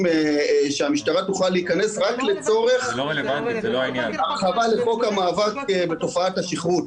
שהמשטרה תוכל להיכנס אליהם רק לצורך המאבק בתופעת השכרות.